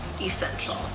essential